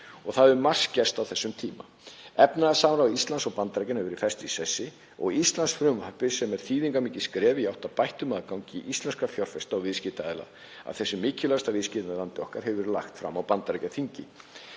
Það hefur margt gerst á þessum tíma. Efnahagssamvinna Íslands og Bandaríkjanna hefur verið fest í sessi og Íslandsfrumvarpið, sem er þýðingarmikið skref í átt að bættum aðgangi íslenskra fjárfesta og viðskiptaaðila að þessu mikilvægasta viðskiptalandi okkar, hefur verið lagt fram á Bandaríkjaþingi.